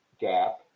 gap